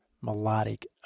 melodic